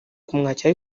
kumwakira